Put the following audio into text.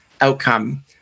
outcome